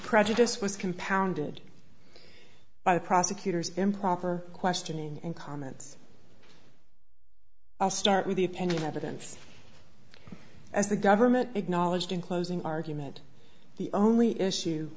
prejudice was compounded by the prosecutor's improper questioning and comments i'll start with the opinion evidence as the government acknowledged in closing argument the only issue